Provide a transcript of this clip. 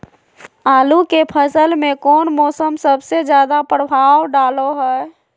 आलू के फसल में कौन मौसम सबसे ज्यादा प्रभाव डालो हय?